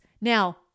Now